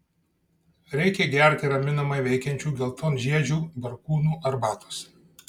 reikia gerti raminamai veikiančių geltonžiedžių barkūnų arbatos